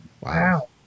Wow